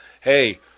Hey